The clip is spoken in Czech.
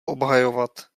obhajovat